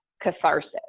catharsis